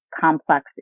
complex